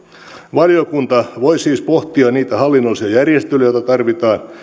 valiokunta voi siis pohtia niitä hallinnollisia järjestelyjä joita tarvitaan